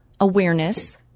awareness